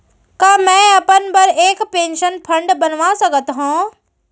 का मैं अपन बर एक पेंशन फण्ड बनवा सकत हो?